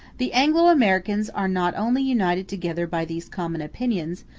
the anglo-americans are not only united together by these common opinions,